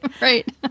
Right